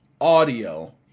audio